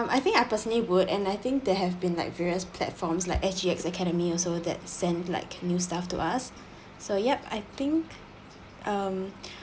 I think I personally would and I think there have been like various platforms like S_G_X academy also that send like new staff to us so yup I think um